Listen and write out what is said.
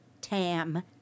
Tam